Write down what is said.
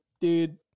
dude